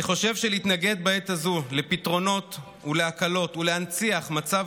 אני חושב שלהתנגד בעת הזו לפתרונות ולהקלות ולהנציח מצב